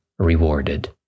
rewarded